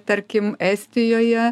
tarkim estijoje